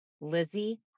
Lizzie